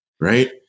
Right